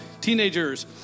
teenagers